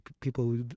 people